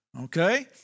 okay